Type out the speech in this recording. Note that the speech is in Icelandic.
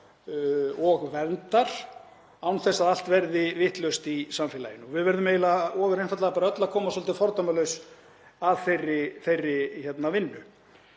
og verndar án þess að allt verði vitlaust í samfélaginu. Við verðum ofur einfaldlega öll að koma svolítið fordómalaus að þeirri vinnu.